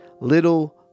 little